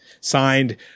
signed